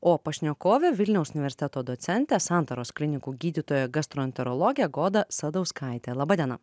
o pašnekovė vilniaus universiteto docentė santaros klinikų gydytoja gastroenterologė goda sadauskaitė laba diena